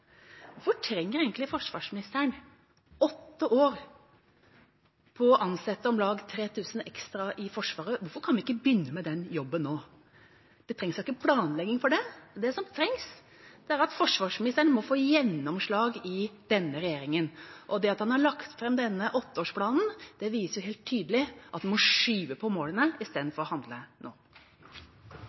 trenger egentlig forsvarsministeren åtte år på å ansette om lag 3 000 ekstra i Forsvaret? Hvorfor kan vi ikke begynne med den jobben nå? Det trengs da ikke planlegging for det. Det som trengs, er at forsvarsministeren må få gjennomslag i denne regjeringa. Det at han har lagt fram denne åtteårsplanen, viser helt tydelig at han må skyve på målene i stedet for å handle nå.